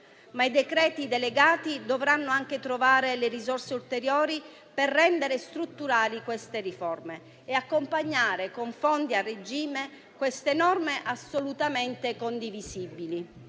Ma i decreti delegati dovranno anche trovare le risorse ulteriori, per rendere strutturali queste riforme e accompagnare con fondi a regime queste norme assolutamente condivisibili.